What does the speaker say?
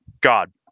God